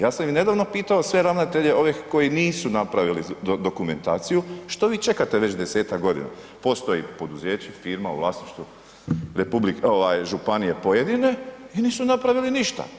Ja sam i nedavno pitao sve ravnatelje ovih koji nisu napravili dokumentaciju, što vi čekate već 10-tak godina, postoji poduzeće i firma u vlasništvu županije pojedine i nisu napravili ništa.